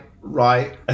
right